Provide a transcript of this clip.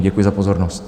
Děkuji za pozornost.